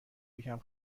یکم